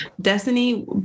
Destiny